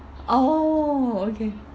oh okay